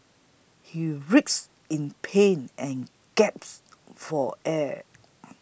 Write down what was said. he writhed in pain and gasped for air